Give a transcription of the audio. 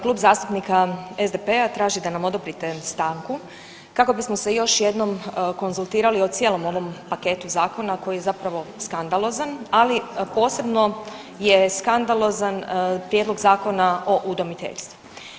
Klub zastupnika SDP-a traži da nam odobrite stanku kako bismo se još jednom konzultirali o cijelom ovom paketu zakona koji je zapravo skandalozan, ali posebno je skandalozan prijedlog Zakona o udomiteljstvu.